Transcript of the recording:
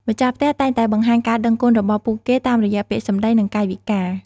ម្ចាស់ផ្ទះតែងតែបង្ហាញការដឹងគុណរបស់ពួកគេតាមរយៈពាក្យសម្តីនិងកាយវិការ។